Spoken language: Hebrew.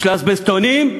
של האזבסטונים?